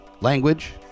language